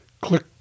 click